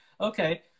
okay